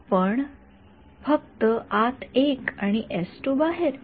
आपण फक्त आत १ आणि बाहेर